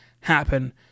happen